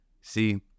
see